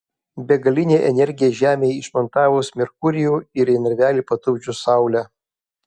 begalinė energija žemei išmontavus merkurijų ir į narvelį patupdžius saulę